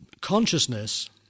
Consciousness